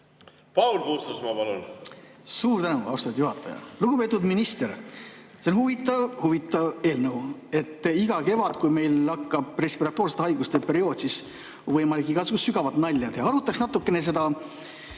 Paul Puustusmaa, palun! Suur tänu, austatud juhataja! Lugupeetud minister! See on huvitav-huvitav eelnõu. Iga kevad, kui meil hakkab respiratoorsete haiguste periood, on võimalik igasugust nalja teha. Arutaks natukene seda